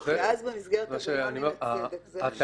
ואז במסגרת הגנה מן הצדק זה אפשרי.